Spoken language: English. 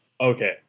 Okay